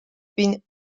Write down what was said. been